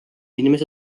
inimese